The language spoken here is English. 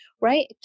right